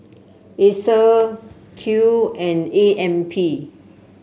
Acer Qoo and A M P